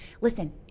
Listen